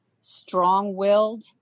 strong-willed